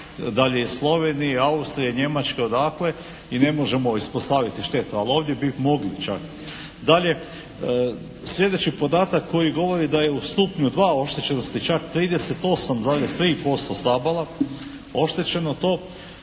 da li je Slovenije, Austrije, Njemačke odakle i ne možemo ispostaviti štetu, ali ovdje bi mogli čak. Dalje, sljedeći podatak koji govori da je u stupnju 2. oštećenosti čak 38,3% stabala oštećeno, to